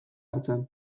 hartzen